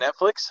netflix